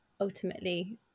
ultimately